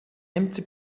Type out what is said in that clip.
empty